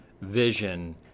vision